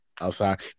outside